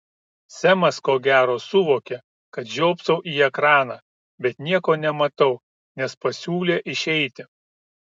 semas ko gero suvokė kad žiopsau į ekraną bet nieko nematau nes pasiūlė išeiti